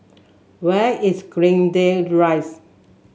where is Greendale Rise